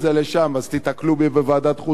אז תיתקלו בי בוועדת החוץ והביטחון,